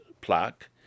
plaque